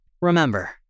Remember